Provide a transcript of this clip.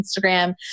Instagram